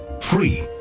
Free